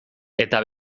eta